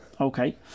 Okay